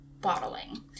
bottling